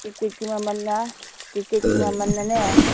ꯇꯤꯛꯀꯦꯠꯀꯤ ꯃꯃꯜꯅ ꯇꯤꯛꯀꯦꯠꯀꯤ ꯃꯃꯜꯅꯅꯦ